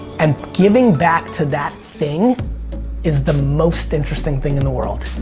and giving back to that thing is the most interesting thing in the world.